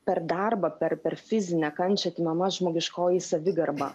per darbą per per fizinę kančią atimama žmogiškoji savigarba